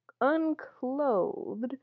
unclothed